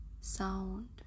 sound